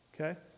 Okay